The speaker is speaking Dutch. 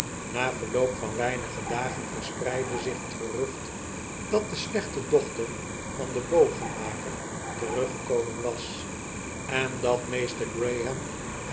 na verloop van weinige dagen verspreidde zich het gerucht dat de slechte dochter vin den bogenmaker teruggekomen was en dat meester graham